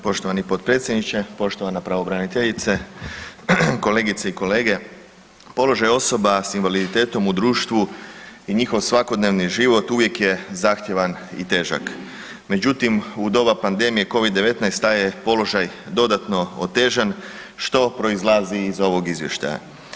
Poštovani potpredsjedniče, poštovana pravobraniteljice, kolegice i kolege, položaj osoba s invaliditetom u društvu i njihov svakodnevni život uvijek je zahtjevan i težak, međutim u doba pandemije Covid-19 taj je položaj dodatno otežan što proizlazi iz ovog izvještaja.